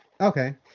Okay